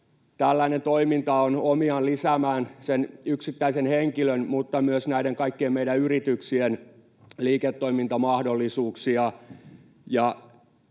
Tällainen toiminta on omiaan lisäämään sen yksittäisen henkilön mutta myös kaikkien meidän yrityksien liiketoimintamahdollisuuksia,